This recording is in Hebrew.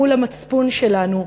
מול המצפון שלנו,